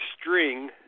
string